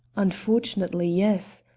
unfortunately, yes,